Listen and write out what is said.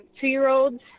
two-year-olds